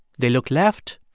they looked left,